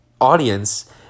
audience